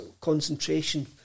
concentration